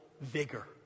vigor